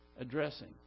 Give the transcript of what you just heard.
addressing